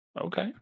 Okay